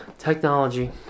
Technology